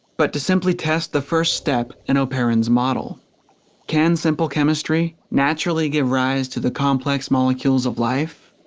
but to simply test the first step in oparin's model can simple chemistry naturally give rise to the complex molecules of life?